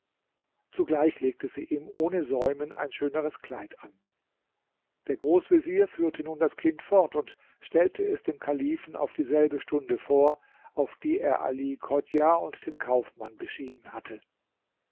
zugleich legte sie ihm ohne säumen ein schöneres kleid an der großvezier führte nun das kind fort und stellte es dem kalifen auf dieselbe stunde vor auf die er ali chodjah und den kaufmann beschieden hatte